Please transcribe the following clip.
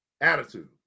attitude